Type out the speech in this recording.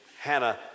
Hannah